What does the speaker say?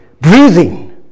breathing